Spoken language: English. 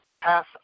pass